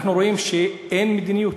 אנחנו רואים שאין מדיניות.